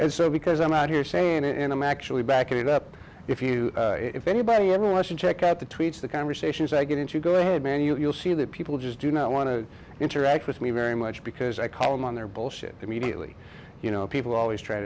and so because i'm not here saying it and i'm actually backing it up if you if anybody ever watch and check out the tweets the conversations i get into go ahead man you'll see that people just do not want to interact with me very much because i call them on their bullshit immediately you know people always try